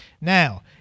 Now